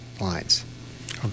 lines